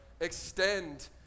extend